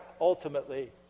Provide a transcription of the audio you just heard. ultimately